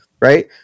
right